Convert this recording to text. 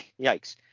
Yikes